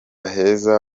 heza